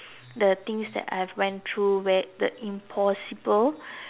the things that I've went through where the impossible